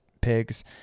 pigs